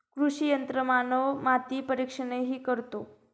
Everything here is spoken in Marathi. कृषी यंत्रमानव माती परीक्षणही करतो